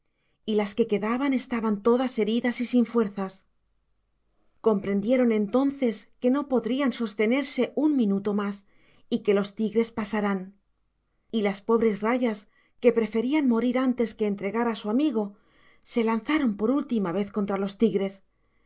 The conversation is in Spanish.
y las que quedaban estaban todas heridas y sin fuerzas comprendieron entonces que no podrían sostenerse un minuto más y que los tigres pasarán y las pobres rayas que preferían morir antes que entregar a su amigo se lanzaron por última vez contra los tigres